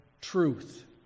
truth